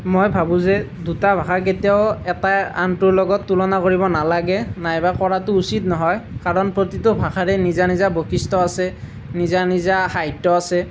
মই ভাবোঁ যে দুটা ভাষা কেতিয়াও এটাৰ আনটোৰ লগত তুলনা কৰিব নালাগে নাইবা কৰাটো উচিত নহয় কাৰণ প্ৰতিটো ভাষাৰে নিজা নিজা বৈশিষ্ট্য আছে নিজা নিজা সাহিত্য আছে